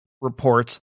reports